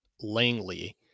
Langley